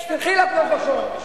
אז תלכי לפרוטוקול.